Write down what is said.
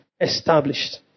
established